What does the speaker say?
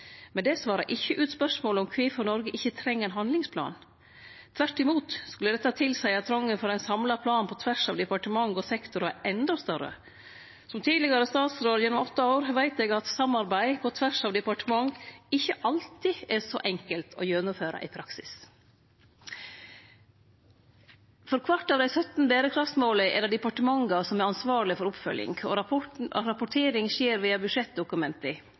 det svarar ikkje ut spørsmålet om kvifor Noreg ikkje treng ein handlingsplan. Tvert om skulle dette tilseie at trongen for ein samla plan på tvers av departement og sektorar er endå større. Som tidlegare statsråd gjennom åtte år veit eg at samarbeid på tvers av departement ikkje alltid er så enkelt å gjennomføre i praksis. For kvart av dei 17 berekraftsmåla er det departementa som er ansvarlege for oppfølging, og rapporteringa skjer via budsjettdokumenta.